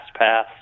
LastPass